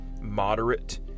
moderate